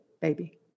baby